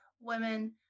women